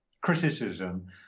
criticism